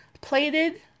Plated